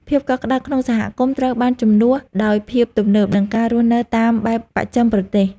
ភាពកក់ក្តៅក្នុងសហគមន៍ត្រូវបានជំនួសដោយភាពទំនើប និងការរស់នៅតាមបែបបច្ចឹមប្រទេស។